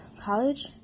college